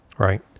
Right